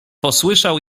posłyszał